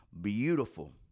Beautiful